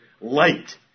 Light